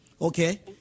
okay